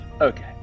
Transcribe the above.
Okay